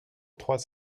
trois